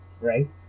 right